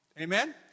Amen